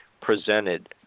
presented